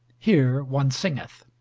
here one singeth